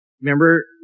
Remember